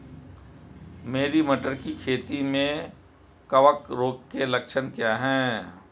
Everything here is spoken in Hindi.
मेरी मटर की खेती में कवक रोग के लक्षण क्या हैं?